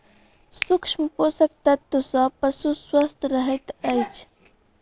सूक्ष्म पोषक तत्व सॅ पशु स्वस्थ रहैत अछि